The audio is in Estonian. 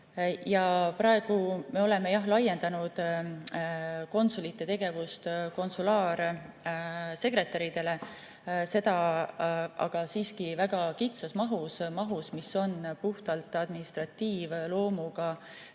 Praegu me oleme jah laiendanud konsulite tegevust konsulaarsekretäridele, seda aga siiski väga kitsas mahus, mis on puhtalt administratiivloomuga